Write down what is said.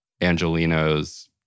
Angelinos